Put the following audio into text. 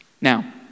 Now